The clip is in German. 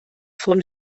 vom